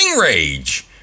Rage